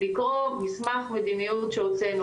לקרוא מסמך מדיניות שהוצאנו,